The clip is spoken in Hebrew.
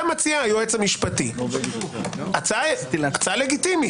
אתה מציע היועץ המשפטי הצעה לגיטיממית.